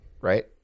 right